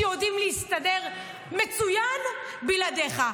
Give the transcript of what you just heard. שיודעים להסתדר מצוין בלעדיך.